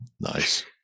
Nice